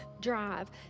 Drive